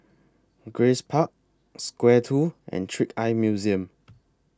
Grace Park Square two and Trick Eye Museum